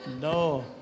no